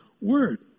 word